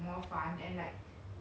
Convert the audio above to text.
especially when you don't have like